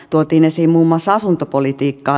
tuotiin esiin muun muassa asuntopolitiikka